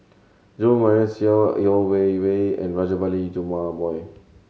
Jo Marion Seow Yeo Wei Wei and Rajabali Jumabhoy